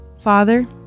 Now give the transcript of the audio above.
Father